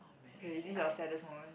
okay is this your saddest moment